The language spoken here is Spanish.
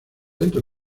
dentro